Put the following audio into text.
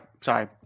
Sorry